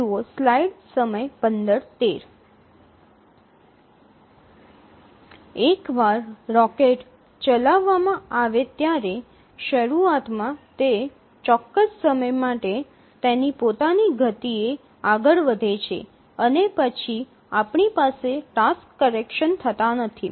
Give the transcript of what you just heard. એકવાર રોકેટ ચલાવવામાં આવે ત્યારે શરૂઆતમાં તે ચોક્કસ સમય માટે તેની પોતાની ગતિએ આગળ વધે છે અને પછી આપણી પાસે ટાસ્ક કરેક્શન થતાં નથી